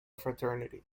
fraternity